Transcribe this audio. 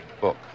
Book